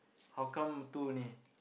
how come two only